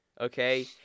okay